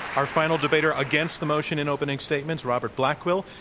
our final debater against the motion in opening statements, robert blackwill.